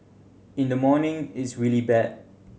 in the morning it's really bad